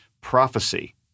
Prophecy